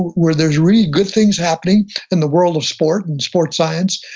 where there's really good things happening in the world of sport and sports science,